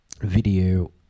video